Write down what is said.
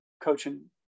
coaching